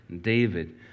David